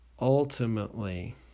ultimately